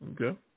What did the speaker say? Okay